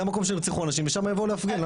זה המקום שנרצחו אנשים ושם יבואו להפגין,